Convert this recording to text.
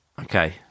Okay